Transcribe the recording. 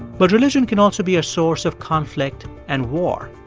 but religion can also be a source of conflict and war.